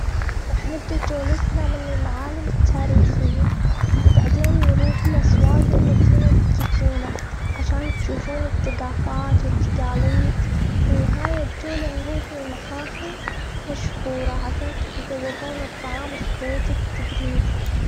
راح نبدأ جولتنا من المعالم التاريخية. وبعدين نروح لأسواق المدينة القديمة، عشان تشوفون الثقافات والتقاليد. في النهاية الجولة نروح لمقاهي مشهورة عشان تتزوقون الطعام الكويتي التقليدي.